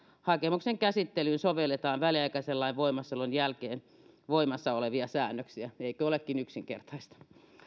hakemuksen käsittelyyn sovelletaan väliaikaisen lain voimassaolon jälkeen voimassa olevia säännöksiä eikö olekin yksinkertaista